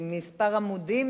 כמה עמודים,